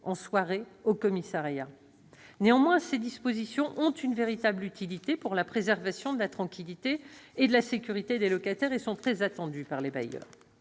en soirée. Néanmoins, ces dispositions ont une véritable utilité pour la préservation de la tranquillité et de la sécurité des locataires, et sont très attendues par les bailleurs.